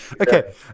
Okay